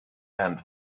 and